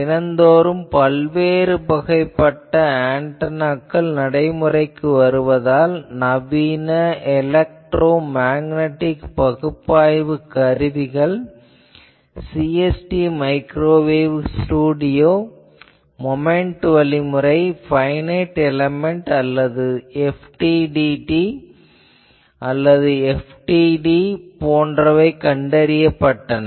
தினந்தோறும் பல்வேறுபட்ட ஆன்டெனாக்கள் நடைமுறைக்கு வருவதால் நவீன எலெக்ட்ரோ மேக்னடிக் பகுப்பாய்வு கருவிகள் CST மைக்ரோவேவ் ஸ்டூடியோ மொமென்ட் வழிமுறை பைனைட் எலேமென்ட் அல்லது FDTD அல்லது FTD போன்றவை கண்டறியப்பட்டன